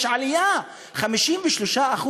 יש עלייה של 53%,